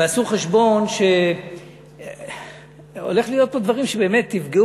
ועשו חשבון שהולכים להיות פה דברים שבאמת יפגעו